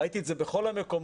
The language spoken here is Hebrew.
ראיתי את זה בכל המקומות,